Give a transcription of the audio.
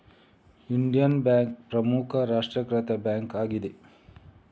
Indian bank ಪ್ರಮುಖ ರಾಷ್ಟ್ರೀಕೃತ bank ಆಗಿದೆ